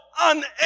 unable